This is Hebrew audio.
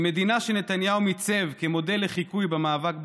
ממדינה שנתניהו מיצב כמודל לחיקוי במאבק בקורונה,